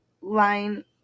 line